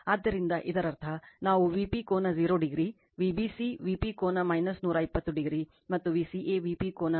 ಆದ್ದರಿಂದ ಇದರರ್ಥ ನಾವು Vp ಕೋನ 0o Vbc Vp ಕೋನ 120o ಮತ್ತು Vca Vp ಕೋನ 120o ಅನ್ನು ಮಾಡಿದ್ದೇವೆ